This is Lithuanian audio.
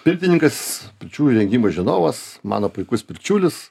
pirtininkas pirčių įrengimo žinovas mano puikus bičiulis